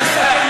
תודה, אדוני.